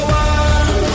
one